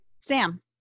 Sam